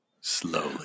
slowly